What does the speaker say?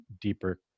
deeper